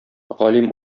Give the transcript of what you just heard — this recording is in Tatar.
галим